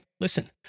listen